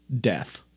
death